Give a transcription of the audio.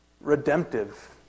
redemptive